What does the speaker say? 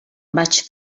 vaig